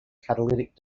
catalytic